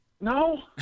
No